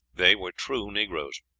they were true negroes.